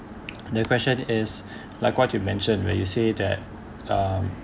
the question is like what you mentioned when you say that um